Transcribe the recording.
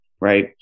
right